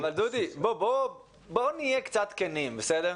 אבל, דודי, בואו נהיה קצת כנים, בסדר?